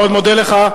אני מאוד מודה לך.